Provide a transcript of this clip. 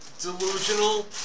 delusional